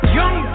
young